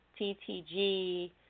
TTG